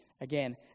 again